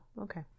okay